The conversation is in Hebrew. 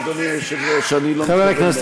אדוני היושב-ראש, אני לא מתכוון,